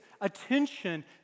attention